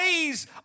ways